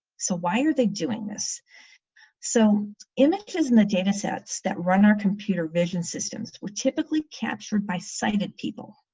so why are they doing this so images and the data sets that run our computer vision systems were typically captured by sighted people.